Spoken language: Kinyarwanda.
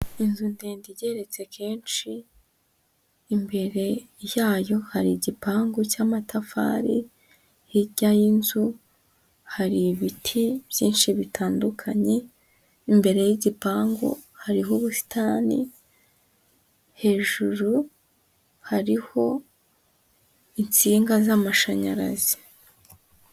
Inzu ndende igeretse kenshi imbere yayo hari igipangu cy'amatafari, hirya y'inzu hari ibiti byinshi bitandukanye, imbere y'igipangu hariho ubusitani, hejuru hariho insinga z'amashanyarazi.